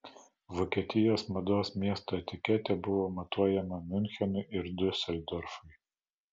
vokietijos mados miesto etiketė buvo matuojama miunchenui ir diuseldorfui